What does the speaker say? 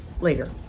later